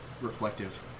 reflective